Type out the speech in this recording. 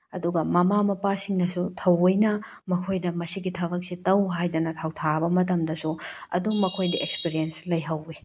ꯑꯗꯨꯒ ꯃꯃꯥ ꯃꯄꯥꯁꯤꯡꯅꯁꯨ ꯊꯑꯣꯏꯅ ꯃꯈꯣꯏꯗ ꯃꯁꯤꯒꯤ ꯊꯕꯛꯁꯦ ꯇꯧ ꯍꯥꯏꯗꯅ ꯊꯧꯗꯥꯕ ꯃꯇꯝꯗꯁꯨ ꯑꯗꯨꯝ ꯃꯈꯣꯏꯗ ꯑꯦꯛꯁꯄꯤꯔꯦꯁ ꯂꯩꯍꯧꯏ